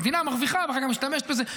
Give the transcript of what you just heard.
המדינה מרוויחה ואחר כך משתמשת בזה.